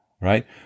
right